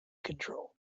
control